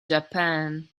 japan